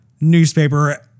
newspaper